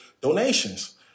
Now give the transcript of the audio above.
donations